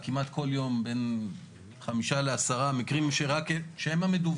כמעט כל יום בין חמישה לעשרה מקרים שרק המדווחים,